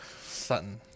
sutton